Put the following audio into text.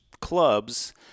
clubs